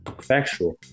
factual